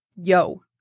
yo